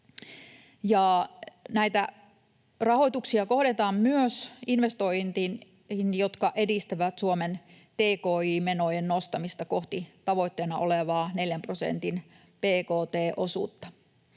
Näitä rahoituksia kohdennetaan myös investointeihin, jotka edistävät Suomen tki-menojen nostamista kohti tavoitteena olevaa 4 prosentin bkt-osuutta.